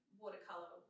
watercolor